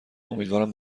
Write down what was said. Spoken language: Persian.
امیدوارم